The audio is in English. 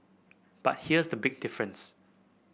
but here's the big difference